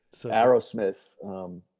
Aerosmith